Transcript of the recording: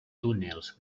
túnels